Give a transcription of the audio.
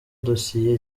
dosiye